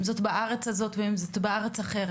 אם זה בארץ הזאת או אם זה בארץ אחרת,